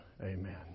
Amen